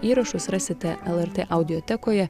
įrašus rasite el er tė audiotekoje